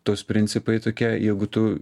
tos principai tokie jeigu tu